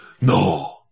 No